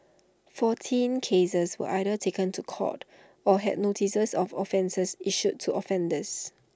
fourteen cases were either taken to court or had notices of offence issued to offenders